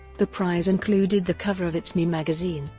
the prize included the cover of it's me magazine,